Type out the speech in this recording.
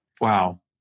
Wow